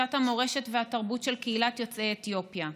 להנגשת המורשת והתרבות של קהילת יוצאי אתיופיה,